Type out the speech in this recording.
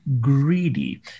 greedy